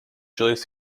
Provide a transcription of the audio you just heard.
julius